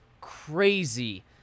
crazy